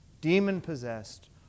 demon-possessed